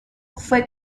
fue